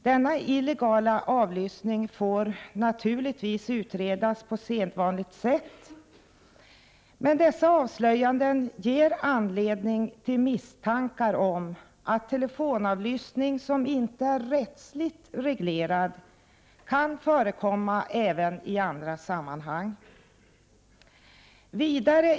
Denna illegala avlyssning får naturligtvis utredas på sedvanligt sätt, men dessa avslöjanden ger anledning till misstankar om att telefonavlyssning som inte är rättsligt reglerad kan förekomma även i andra sammanhang.